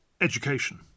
education